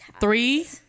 Three